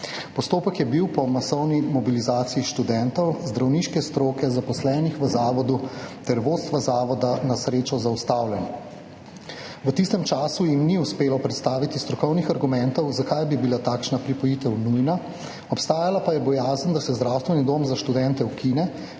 Postopek je bil po masovni mobilizaciji študentov, zdravniške stroke, zaposlenih v zavodu ter vodstva zavoda na srečo zaustavljen. V tistem času jim ni uspelo predstaviti strokovnih argumentov, zakaj bi bila takšna pripojitev nujna, obstajala pa je bojazen, da se zdravstveni dom za študente ukine,